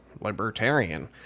libertarian